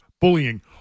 bullying